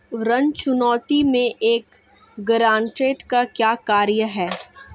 ऋण चुकौती में एक गारंटीकर्ता का क्या कार्य है?